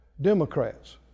Democrats